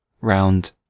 round